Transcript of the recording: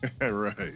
Right